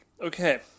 Okay